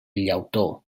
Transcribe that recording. llautó